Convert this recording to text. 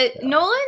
Nolan